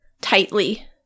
tightly